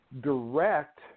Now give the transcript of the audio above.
direct